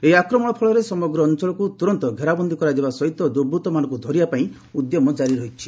ଏହି ଆକ୍ରମଣ ଫଳରେ ସମଗ୍ର ଅଞ୍ଚଳକୁ ତୂରନ୍ତ ଘେରାବନ୍ଦୀ କରାଯିବା ସହ ଦୂର୍ବତ୍ତମାନଙ୍କୁ ଧରିବା ପାଇଁ ଉଦ୍ୟମ ଜାରି ରହିଛି